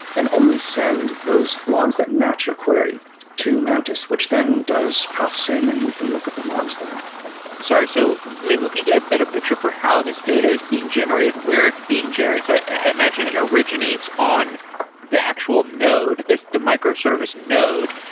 and only send those logs that match your query to mantis, which then does processing and you can look at the logs there sorry. so maybe we could get a better picture for how this data is being generated, where it's being generated. i imagine it originates on the actual node, the microservice node.